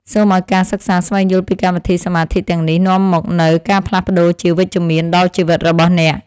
សូមឱ្យការសិក្សាស្វែងយល់ពីកម្មវិធីសមាធិទាំងនេះនាំមកនូវការផ្លាស់ប្តូរជាវិជ្ជមានដល់ជីវិតរបស់អ្នក។